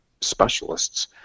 specialists